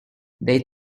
they